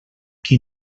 qui